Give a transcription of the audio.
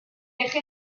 eje